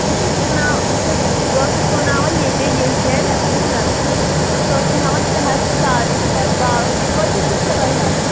بہٕ چھَس سُونا بہٕ چھَس بہٕ ٲسٕس سُوناوان ییٚتے یَجبِیارِ نہ سُہ ٲس مےٚ ہٮ۪وان ترٛےٚ ہَتھ ساڑ ترٛےٚ ہَتھ باغ تُہۍ کۭتِس چھُو سِلٲے ہٮ۪وان